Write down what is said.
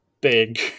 big